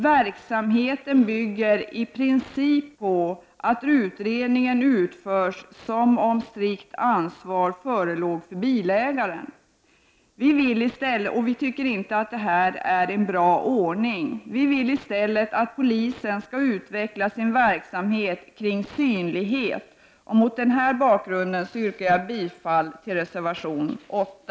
Verksamheten bygger i princip på att utredningen utförs som om strikt ansvar förelåg för bilägaren. Vi tycker inte att detta är en bra ordning. Vi vill i stället att polisen skall utveckla sin verksamhet kring synlighet. Mot den bakgrunden yrkar jag bifall till reservation nr 8.